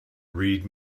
read